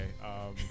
Okay